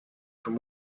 from